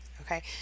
okay